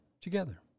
Together